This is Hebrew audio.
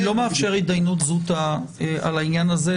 אני לא אאפשר התדיינות זוטא על העניין הזה,